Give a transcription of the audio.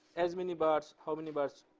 as many bars, how many bars,